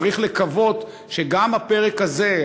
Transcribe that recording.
צריך לקוות שגם הפרק הזה,